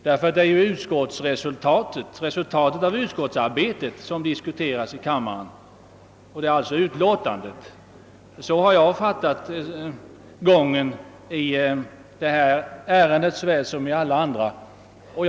Enligt vad jag förstår är det nämligen resultatet av utskottsarbetet, d. v. s. utlåtandet, som skall diskuteras i kammaren, såväl i detta som i alla andra ärenden.